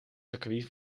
circuit